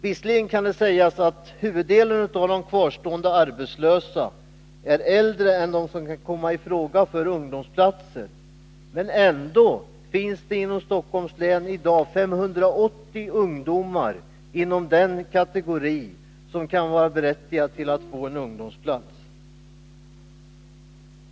Visserligen kan det sägas att huvuddelen av de kvarstående arbetslösa är äldre än de som kan komma i fråga för ungdomsplatser, men ändå finns det inom Stockholms län i dag 580 ungdomar inom den kategori som kan vara berättigad till att få en ungdomsplats.